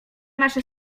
nasze